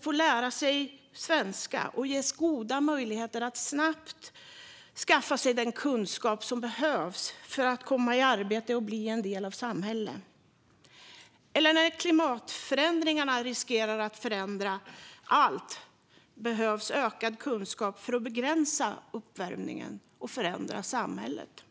få lära sig svenska och ges goda möjligheter att snabbt skaffa sig den kunskap som behövs för att komma i arbete och bli en del av samhället. När klimatförändringarna riskerar att förändra allt behövs ökad kunskap för att begränsa uppvärmningen och förändra samhället.